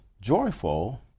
joyful